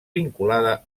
vinculada